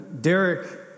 Derek